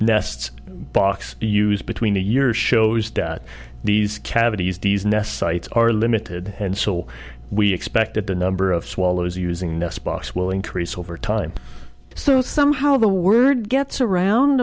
nests box used between the years shows that these cavities d's nest sites are limited and so we expect that the number of swallows using this box will increase over time so somehow the word gets around